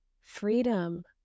freedom